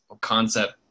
concept